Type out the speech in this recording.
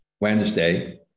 Wednesday